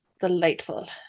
Delightful